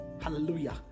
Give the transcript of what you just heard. Hallelujah